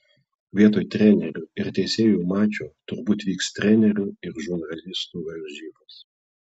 vietoj trenerių ir teisėjų mačo turbūt vyks trenerių ir žurnalistų varžybos